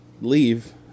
leave